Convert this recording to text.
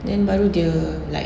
then baru dia like